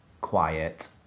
quiet